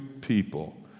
people